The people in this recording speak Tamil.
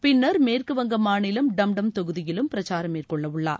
பின்னா் மேற்குவங்க மாநிலம் டம்டம் தொகுதியிலும் பிரச்சாரம் மேற்கொள்ளவுள்ளார்